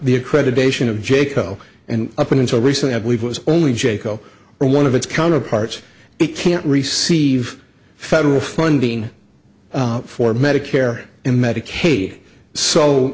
the accreditation of jayco and up until recently i believe was only jayco or one of its counterparts it can't receive federal funding for medicare in medicaid so